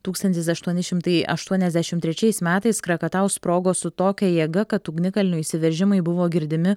tūkstantis aštuoni šimtai aštuoniasdešimt trečiais metais krakatau sprogo su tokia jėga kad ugnikalnio išsiveržimai buvo girdimi